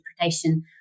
interpretation